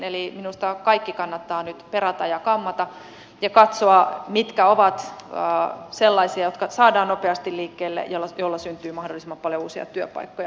eli minusta kaikki kannattaa nyt perata ja kammata ja katsoa mitkä ovat sellaisia jotka saadaan nopeasti liikkeelle ja joilla syntyy mahdollisimman paljon uusia työpaikkoja